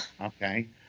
Okay